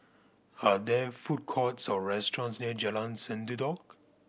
are there food courts or restaurants near Jalan Sendudok